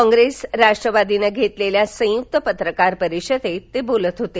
काँप्रेस राष्ट्रवादीनं घेतलेल्या संयुक्त पत्रकार परिषदेत ते बोलत होते